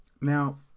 now